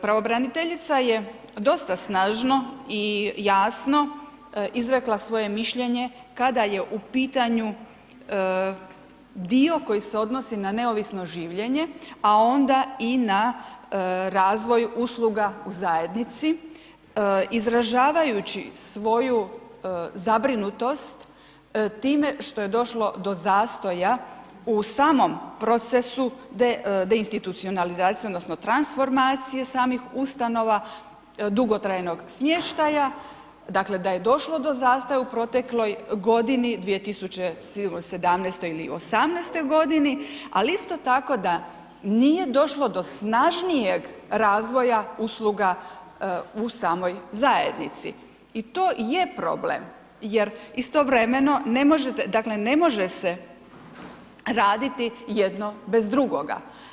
Pravobraniteljica je dosta snažno i jasno izrekla svoje mišljenje kada je u pitanju dio koji se odnosi na neovisno življenje a onda i na razvoj usluga u zajednici izražavajući svoju zabrinutost time što je došlo do zastoja u samom procesu deinstitucionalizacije odnosno transformacije samih ustanova, dugotrajnog smještaja, dakle da je došlo do zastoja u protekloj godini, 2017. ili 2018. g. ali isto tako da nije došlo do snažnijeg razvoja usluga u samoj zajednici i to je problem jer istovremeno ne možete, dakle ne može se raditi jedno bez drugoga.